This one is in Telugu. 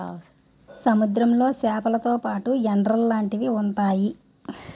సముద్రంలో సేపలతో పాటు ఎండ్రలు లాంటివి ఉంతాయి